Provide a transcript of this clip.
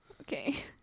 Okay